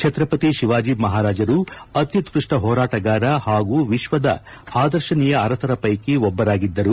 ಛತ್ತಪತಿ ಶಿವಾಜಿ ಮಹಾರಾಜರು ಅತ್ಯುತ್ನಪ್ಪ ಹೋರಾಟಗಾರ ಹಾಗೂ ವಿಶ್ವದ ಆದರ್ಶನೀಯ ಅರಸರ ಪೈಕಿ ಒಬ್ಬರಾಗಿದ್ದರು